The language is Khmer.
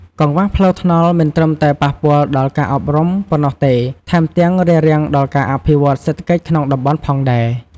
កង្វះផ្លូវថ្នល់មិនត្រឹមតែប៉ះពាល់ដល់ការអប់រំប៉ុណ្ណោះទេ ថែមទាំងរារាំងដល់ការអភិវឌ្ឍន៍សេដ្ឋកិច្ចក្នុងតំបន់ផងដែរ។